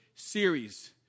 series